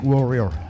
Warrior